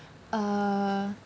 uh